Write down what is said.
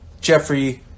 Jeffrey